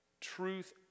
truth